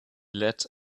let